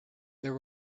there